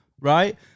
right